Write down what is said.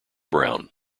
brown